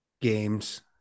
games